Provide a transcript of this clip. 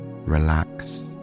relax